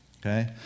Okay